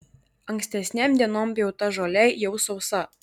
ankstesnėm dienom pjauta žolė jau sausa